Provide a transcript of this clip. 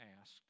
asked